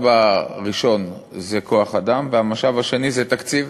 הראשון זה כוח-אדם והמשאב השני זה תקציב.